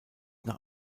nach